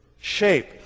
shape